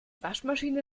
waschmaschine